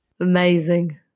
Amazing